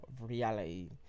reality